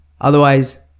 Otherwise